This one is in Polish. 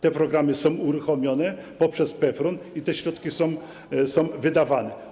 Te programy są uruchamiane poprzez PFRON i te środki są wydawane.